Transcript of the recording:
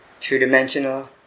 two-dimensional